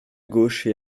gauche